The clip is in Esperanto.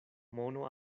mono